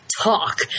Talk